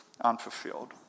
unfulfilled